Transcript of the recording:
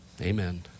Amen